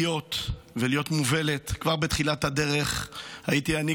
ולהיות מובלת כבר בתחילת הדרך הייתי אני,